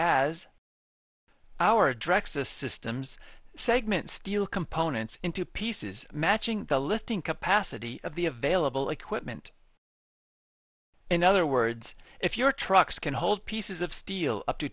drexel's systems segment steel components into pieces matching the lifting capacity of the available equipment in other words if you're trucks can hold pieces of steel up to